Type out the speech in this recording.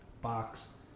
box